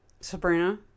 Sabrina